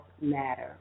matter